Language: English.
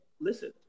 Listen